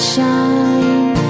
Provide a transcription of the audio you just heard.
Shine